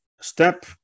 Step